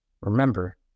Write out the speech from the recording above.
remember